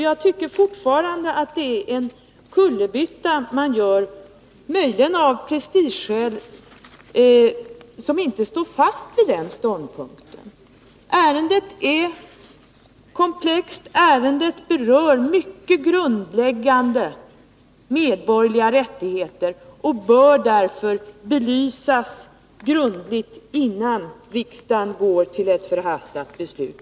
Jag tycker fortfarande att det är en kullerbytta man gör — möjligen av prestigeskäl — när man inte står fast vid den ståndpunkten. Ärendet är komplext, och ärendet berör mycket grundläggande medborgerliga rättigheter och bör därför belysas grundligt innan riksdagen går till beslut.